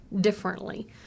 differently